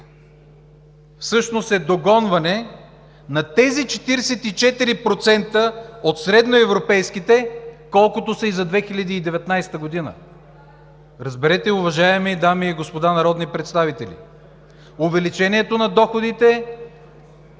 всъщност е догонване на тези 44% от средноевропейските, колкото са и за 2019 г. Разберете, уважаеми дами и господа народни представители, увеличението на доходите